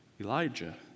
Elijah